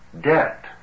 debt